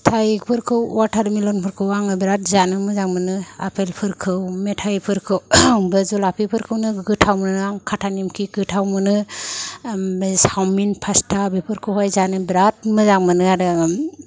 फिथायफोरखौ watermelon फोरखौ आङो बिराद जानो मोजां मोनो आफेलफोरखौ मेथायफोरखौ जुलाफिफोरखौनो गोथाव मोनो आं खाथा नेमखि गोथाव मोनो बे सावमिन पास्टा बेफोरखौहाय जानो बिराद मोजां मोनो आरो आङो